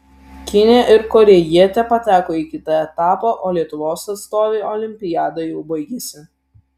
kinė ir korėjietė pateko į kitą etapą o lietuvos atstovei olimpiada jau baigėsi